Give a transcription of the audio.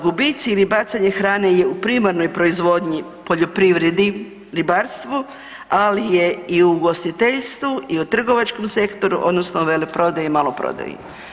Gubitci ili bacanje hrane je u primarnoj proizvodnji u poljoprivredi i ribarstvu ali je i u ugostiteljstvu i u trgovačkom sektoru, odnosno veleprodaji i maloprodaji.